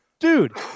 Dude